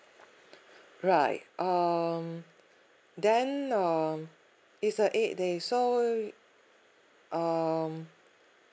right um then um it's a eight day so um